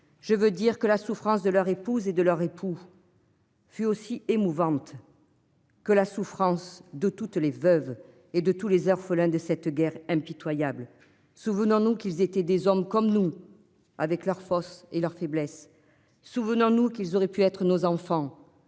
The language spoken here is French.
je veux dire que la souffrance de leur épouse et de leur époux. Fut aussi émouvante. Que la souffrance de toutes les veuves et de tous les orphelins de cette guerre impitoyable. Souvenons-nous qu'ils étaient des hommes comme nous. Avec leurs forces et leurs faiblesses. Souvenons-nous qu'ils auraient pu être nos enfants.